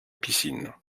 piscine